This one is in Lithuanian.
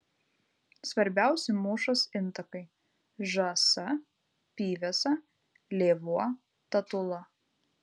svarbiausi mūšos intakai žąsa pyvesa lėvuo tatula